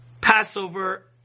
Passover